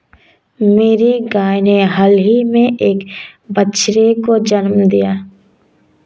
मेरी गाय ने हाल ही में एक बछड़े को जन्म दिया